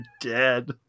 dead